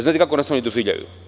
Znate kako nas oni doživljavaju?